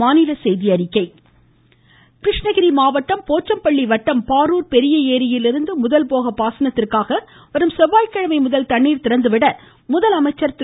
அணை திறப்பு கிருஷ்ணகிரி மாவட்டம் போச்சம்பள்ளி வட்டம் பாரூர் பெரிய ரரியிலிருந்து முதல்போக பாசனத்திற்காக வரும் செவ்வாய்கிழமை முதல் தண்ணீர் திறந்து விட முதலமைச்சர் திரு